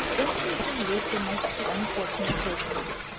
instantly leaped amongst the unfortunate persons,